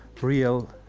real